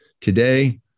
Today